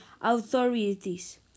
authorities